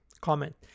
Comment